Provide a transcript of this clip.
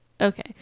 Okay